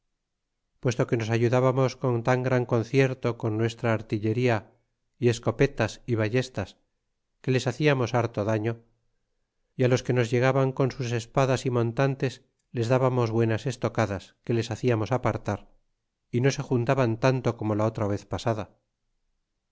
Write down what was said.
puesto que nos ayudábamos con tan gran concierto con nuestra artillería y escopetas y ballestas que les haciamos harto darlo y á los que se nos llegaban con sus espadas y montantes les dábamos buenas estocadas que les haciamos apartar y no se juntaban tanto como la otra vez pasada